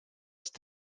ist